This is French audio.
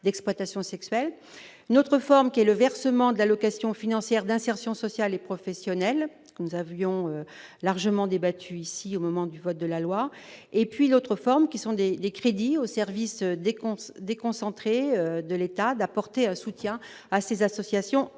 d'exploitation sexuelle, une autre forme, qui est le versement de l'allocation financière d'insertion sociale et professionnelle, ce que nous avions largement débattue ici au moment du vote de la loi et puis d'autres formes, qui sont des des crédits au service des comptes déconcentrés de l'État d'apporter un soutien à ces associations agréées,